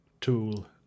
tool